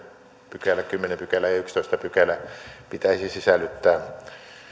pykälä kymmenes pykälä ja yhdestoista pykälä pitäisi siis sisällyttää